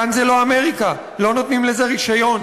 כאן זה לא אמריקה, לא נותנים לזה רישיון.